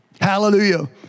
Hallelujah